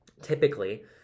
typically